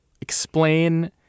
explain